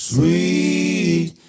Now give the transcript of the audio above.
Sweet